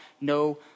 no